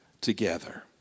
together